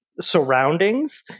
surroundings